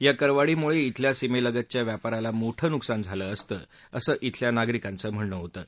या करवाढीमुळे खिल्या सीमेलगतच्या व्यापाराला मोठं नुकसान झालं असतं असं खिल्या नागरिकांचं म्हणणं होतं